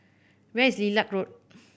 where is Lilac Road